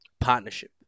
partnership